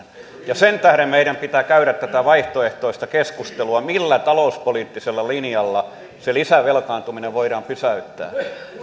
ja sen tähden meidän pitää käydä tätä vaihtoehtoista keskustelua millä talouspoliittisella linjalla se lisävelkaantuminen voidaan pysäyttää